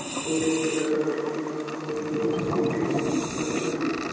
होरी तिहार हर किसान मन बर घलो ढेरे महत्ता रखथे